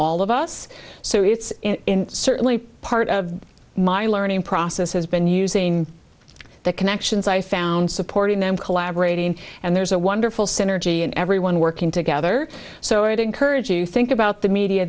all of us so it's certainly part of my learning process has been using the connections i found supporting them collaborating and there's a wonderful synergy and everyone working together so it encourage you to think about the media